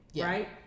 right